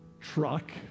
truck